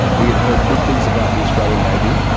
we had heard good things about the australian navy,